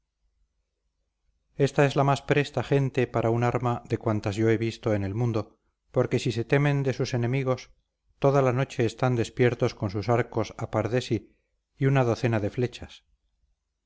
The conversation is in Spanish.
ésta es la más presta gente para un arma de cuantas yo he visto en el mundo porque si se temen de sus enemigos toda la noche están despiertos con sus arcos a par de sí y una docena de flechas